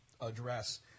address